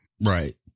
Right